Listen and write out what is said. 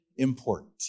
Important